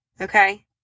Okay